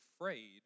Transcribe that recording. afraid